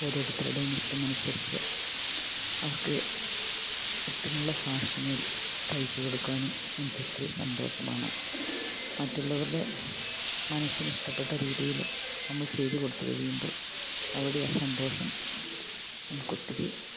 ഓരോരുത്തരുടെയും ഇഷ്ടമനുസരിച്ച് അവർക്ക് ഇഷ്ടമുള്ള ഫാഷനിൽ തയ്ച്ചു കൊടുക്കുവാനും എനിക്കൊത്തിരി സന്തോഷമാണ് മറ്റുള്ളവരുടെ മനസ്സിനിഷ്ടപ്പെട്ട രീതിയിൽ നമ്മൾ ചെയ്തു കൊടുത്തു കഴിയുമ്പോൾ അവിടെ ആ സന്തോഷം നമുക്കൊത്തിരി